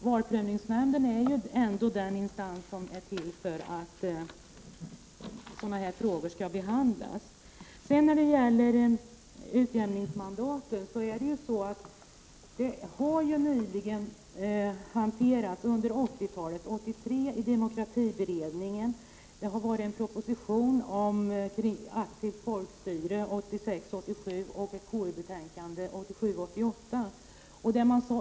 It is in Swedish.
Valprövningsnämnden är ju ändå den instans som är till för att behandla sådana här frågor. Frågan om utjämningsmandatet har nyligen hanterats under 80-talet, 1983 i demokratiberedningen och vidare i en proposition om aktivt folkstyre 1986 88.